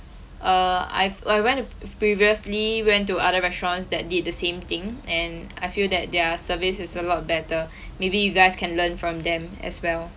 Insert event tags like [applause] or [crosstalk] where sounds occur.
uh I've I went to previously went to other restaurants that did the same thing and I feel that their service is a lot better [breath] maybe you guys can learn from them as well